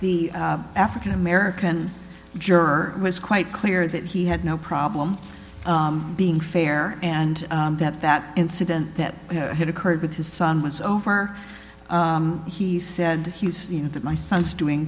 the african american juror was quite clear that he had no problem being fair and that that incident that had occurred with his son was over he said he's you know that my son's doing